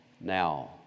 now